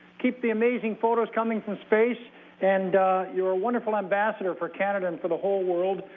keep the amazing photos coming from space and you're a wonderful ambassador for canada and for the whole world.